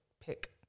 pick